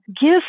give